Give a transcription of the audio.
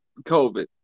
COVID